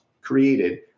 created